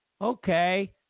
Okay